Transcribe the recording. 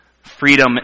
Freedom